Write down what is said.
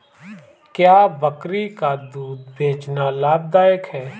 क्या बकरी का दूध बेचना लाभदायक है?